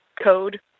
code